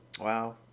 Wow